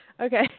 Okay